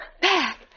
back